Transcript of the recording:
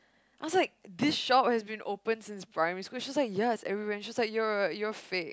I was like this shop has been open since primary school she's like yes every when she's like you're you're fake